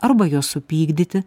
arba juos supykdyti